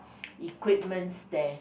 equipments there